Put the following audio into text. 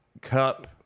cup